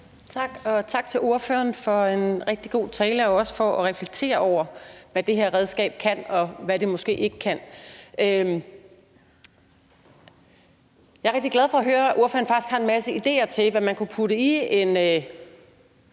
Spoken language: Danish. Tak til ordføreren for en rigtig god tale og også for at reflektere over, hvad det her redskab kan, og hvad det måske ikke kan. Jeg er rigtig glad for at høre, at ordføreren faktisk har en masse idéer til, hvad man kunne putte i en